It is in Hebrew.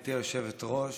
גברתי היושבת-ראש,